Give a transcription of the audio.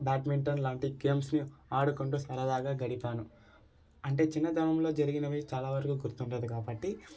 badminton లాంటి గేమ్స్ని ఆడుకుంటూ సరదాగా గడిపాను అంటే చిన్నతనంలో జరిగినవి చాలా వరకు గుర్తుండదు కాబట్టి